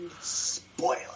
Spoiler